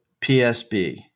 PSB